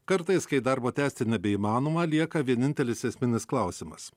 kartais kai darbo tęsti nebeįmanoma lieka vienintelis esminis klausimas